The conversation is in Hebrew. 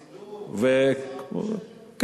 צילום, אולטרה-סאונד, משלם.